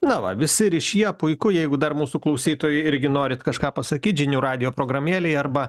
na va visi ryšyje puiku jeigu dar mūsų klausytojai irgi norit kažką pasakyt žinių radijo programėlėj arba